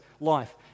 life